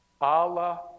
Allah